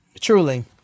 Truly